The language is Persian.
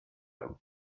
بود